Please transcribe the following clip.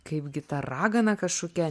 kaipgi ta ragana kažkokia